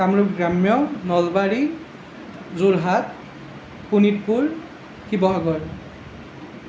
কামৰূপ গ্ৰাম্য় নলবাৰী যোৰহাট শোণিতপুৰ শিৱসাগৰ